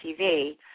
TV